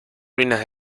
ruinas